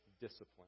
discipline